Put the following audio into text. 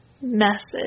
message